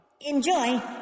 Enjoy